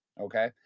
okay